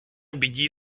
біді